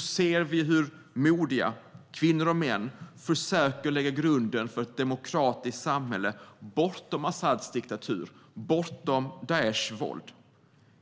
ser vi hur modiga kvinnor och män försöker lägga grunden för ett demokratiskt samhälle bortom Asads diktatur och bortom Daishs våld.